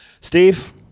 Steve